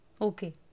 Okay